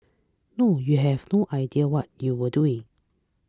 no you have no idea what you are doing